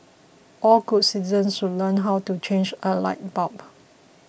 all good citizens should learn how to change a light bulb